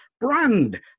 brand